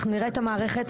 אנחנו נראה את המערכת,